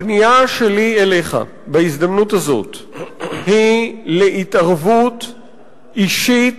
הפנייה שלי אליך בהזדמנות הזאת היא להתערבות אישית,